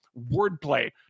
wordplay